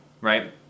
right